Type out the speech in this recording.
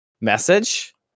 message